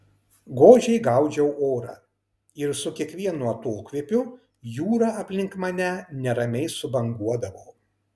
godžiai gaudžiau orą ir su kiekvienu atokvėpiu jūra aplink mane neramiai subanguodavo